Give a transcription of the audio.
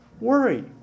worry